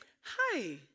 hi